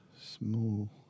small